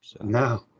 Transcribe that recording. No